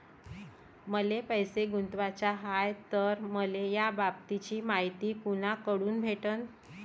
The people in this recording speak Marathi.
मले पैसा गुंतवाचा हाय तर मले याबाबतीची मायती कुनाकडून भेटन?